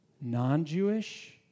non-Jewish